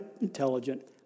intelligent